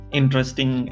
interesting